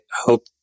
hope